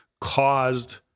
caused